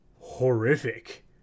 horrific